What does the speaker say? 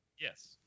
Yes